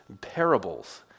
parables